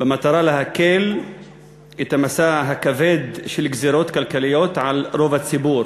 במטרה להקל את המשא הכבד של גזירות כלכליות על רוב הציבור.